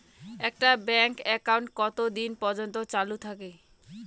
একটা bank account কতদিন পর্যন্ত চালু থাকে?